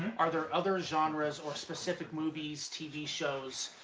are there other genres or specific movies, tv shows,